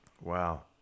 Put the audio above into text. Wow